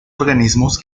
organismos